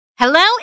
Hello